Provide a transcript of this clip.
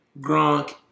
Gronk